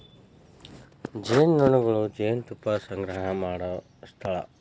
ಜೇನುನೊಣಗಳು ಜೇನುತುಪ್ಪಾ ಸಂಗ್ರಹಾ ಮಾಡು ಸ್ಥಳಾ